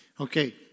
Okay